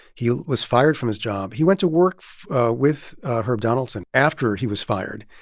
he was fired from his job. he went to work with herb donaldson after he was fired,